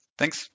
Thanks